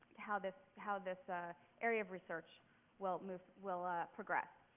to how this how this area of research will move will progress.